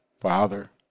father